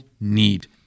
need